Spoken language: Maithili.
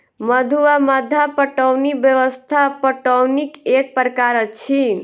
मद्दु वा मद्दा पटौनी व्यवस्था पटौनीक एक प्रकार अछि